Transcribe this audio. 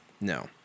No